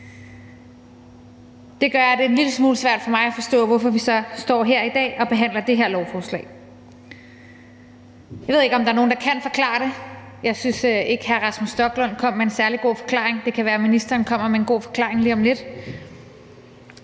det en lille smule svært for mig at forstå, hvorfor vi så står her i dag og behandler det her lovforslag. Jeg ved ikke, om der er nogen, der kan forklare det. Jeg synes ikke, at hr. Rasmus Stoklund kom med en særlig god forklaring; det kan være, at ministeren kommer med en god forklaring lige om lidt.